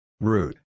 Root